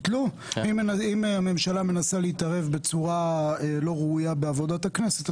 אם הממשלה מנסה להתערב בצורה לא ראויה בעבודת הכנסת,